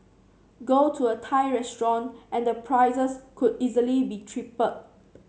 go to a Thai restaurant and the prices could easily be tripled